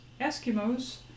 Eskimos